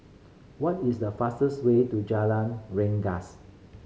what is the fastest way to Jalan Rengas